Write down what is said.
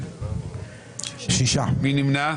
ישנתי במלון כי אנחנו לא ישנים כמעט.